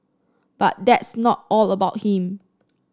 but that's not all about him